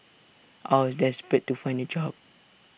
I was desperate to find A job